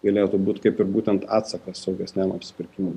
galėtų būt kaip ir būtent atsakas saugesniam apsipirkimui